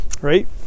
right